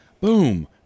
boom